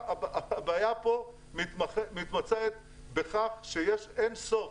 הבעיה פה מתמצית בכך שיש אין-סוף